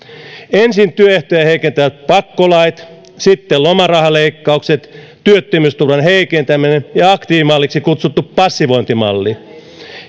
ensin työehtoja heikentäneet pakkolait sitten lomarahaleikkaukset työttömyysturvan heikentäminen ja aktiivimalliksi kutsuttu passivointimalli